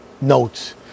notes